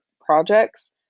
projects